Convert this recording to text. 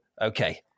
okay